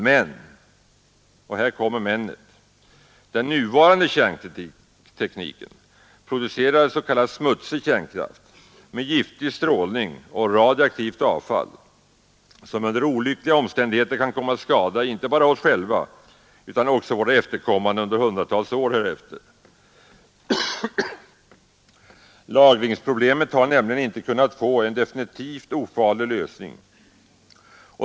Men — och här kommer men:et — den nuvarande kärntekniken producerar s.k. smutsig kärnkraft, med giftig strålning och radioaktivt avfall, som under olyckliga omständigheter kan komma att skada inte bara oss själva utan också våra efterkommande under hundratals år härefter. Lagringsproblemet har nämligen ännu inte kunnat få en definitivt ofarlig lösning.